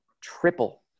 triple